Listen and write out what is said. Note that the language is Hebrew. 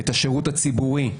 את השירות הציבורי,